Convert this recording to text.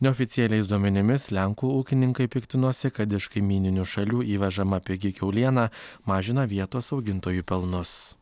neoficialiais duomenimis lenkų ūkininkai piktinosi kad iš kaimyninių šalių įvežama pigi kiauliena mažina vietos augintojų pelnus